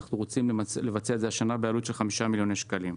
ואנחנו רוצים לבצע את זה השנה בעלות של 5 מיליון שקלים.